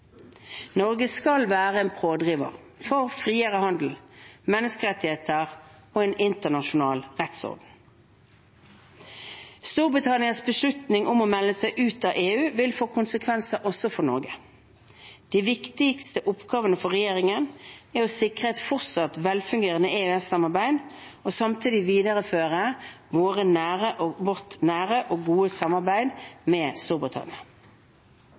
Norge skal være en pådriver for friere handel, menneskerettigheter og en internasjonal rettsorden. Storbritannias beslutning om å melde seg ut av EU vil få konsekvenser også for Norge. De viktigste oppgavene for regjeringen er å sikre et fortsatt velfungerende EØS-samarbeid og samtidig videreføre vårt nære og gode samarbeid med Storbritannia. Det er stor usikkerhet om hvilken form for samarbeid Storbritannia